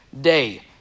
day